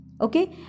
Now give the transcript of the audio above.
Okay